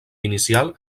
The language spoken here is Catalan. inicial